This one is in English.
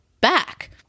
back